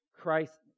Christ